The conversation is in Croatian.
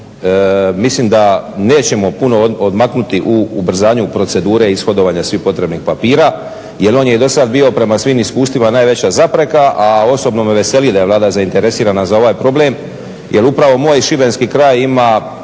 mislim da nećemo puno odmaknuti u ubrzanju procedure ishodovanja svih potrebnih papira. Jer on je i do sad bio prema svim iskustvima najveća zapreka, a osobno me veseli da je Vlada zainteresirana za ovaj problem. Jer upravo moj šibenski kraj ima